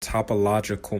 topological